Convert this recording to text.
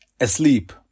asleep